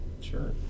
Sure